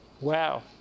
Wow